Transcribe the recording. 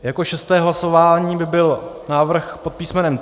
Jako šesté hlasování by byl návrh pod písmenem C.